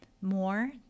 more